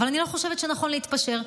אבל אני לא חושבת שנכון להתפשר,